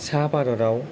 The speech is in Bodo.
सा भारताव